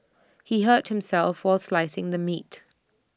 he hurt himself while slicing the meat